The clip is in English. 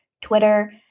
Twitter